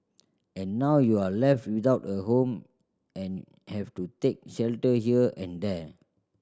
and now you're left without a home and have to take shelter here and there